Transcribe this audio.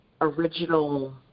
original